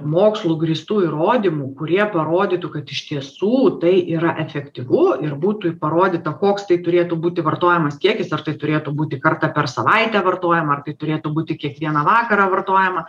mokslu grįstų įrodymų kurie parodytų kad iš tiesų tai yra efektyvu ir būtų parodyta koks tai turėtų būti vartojamas kiekis ar tai turėtų būti kartą per savaitę vartojama ar tai turėtų būti kiekvieną vakarą vartojama